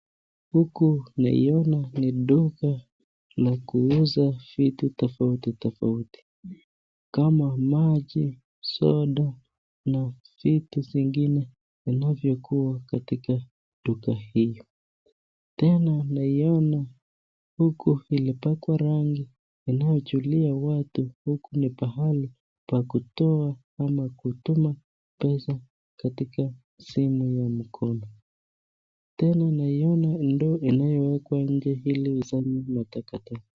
Huku naiona ni duka la kuuza vitu tofauti tofauti. Kama maji, soda na vitu zingine vinavyokuwa katika duka hilo. Tena naiona huko imepakwa rangi inayojulia watu, huku ni pahali pakutoa ama kutuma pesa katika simu ya mkono. Tena naiona ndoo inayowekwa nje ili isanye matakataka.